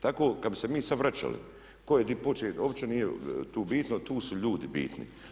Tako kada bi se mi sada vračali tko je gdje počeo uopće nije tu bitno, tu su ljudi bitni.